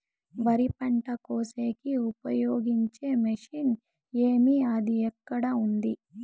వరి పంట కోసేకి ఉపయోగించే మిషన్ ఏమి అది ఎక్కడ ఉంది?